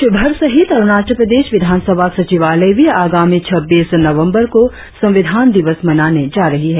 देशभर सहित अरुणाचल प्रदेश विधानसभा सचिवालय भी आगामी छब्बीस नवंबर को संविधान दिवस मनाने जा रही है